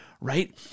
right